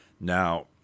Now